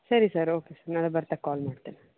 ಸರಿ sir okay ನಾಳೆ ಬರ್ತಾ ಕಾಲ್ ಮಾಡ್ತೇನೆ